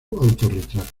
autorretrato